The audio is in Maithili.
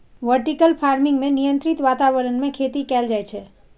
वर्टिकल फार्मिंग मे नियंत्रित वातावरण मे खेती कैल जाइ छै